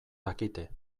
dakite